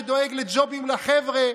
שדואג לג'ובים לחבר'ה,